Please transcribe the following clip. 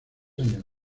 años